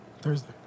Thursday